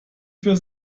für